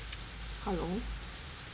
hello